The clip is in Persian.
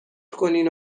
کنین